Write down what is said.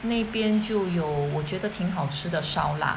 那边就有我觉得挺好吃的烧腊